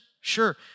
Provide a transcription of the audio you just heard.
Sure